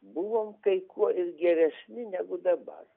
buvom kai kuo ir geresni negu dabar